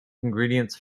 ingredients